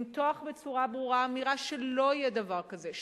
למתוח בצורה ברורה אמירה שלא יהיה דבר כזה,